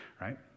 right